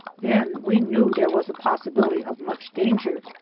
then we knew there was a possibility of much danger,